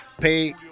pay